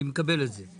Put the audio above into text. אני מקבל את זה,